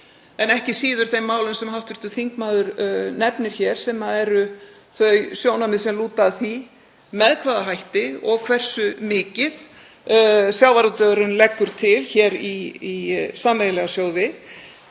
en ekki síður þeim málum sem hv. þingmaður nefnir hér sem eru þau sjónarmið sem lúta að því með hvaða hætti og hversu mikið sjávarútvegurinn leggur til í sameiginlega sjóði.